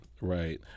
right